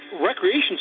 recreation